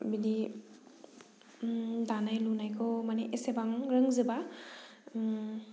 बिदि दानाय लुनायखौ माने एसेबां रोंजोबा